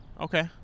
Okay